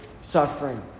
suffering